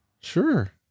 Sure